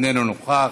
איננו נוכח,